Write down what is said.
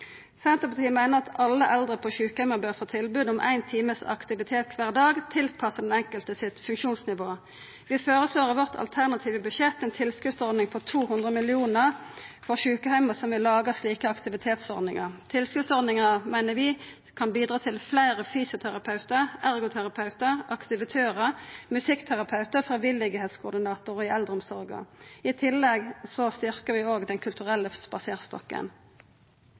Senterpartiet meiner at alle eldre på sjukeheim bør få tilbod om éin times aktivitet kvar dag, tilpassa funksjonsnivået til den enkelte. Vi føreslår i vårt alternative budsjett ei tilskotsordning på 200 mill. kr til sjukeheimar som har laga slike aktivitetsordningar. Tilskotsordninga meiner vi kan bidra til fleire fysioterapeutar, ergoterapeutar, aktivitørar, musikkterapeutar og frivilligheitskoordinatorar i eldreomsorga. I tillegg styrkjer vi Den kulturelle spaserstokken.